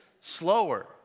slower